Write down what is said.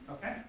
Okay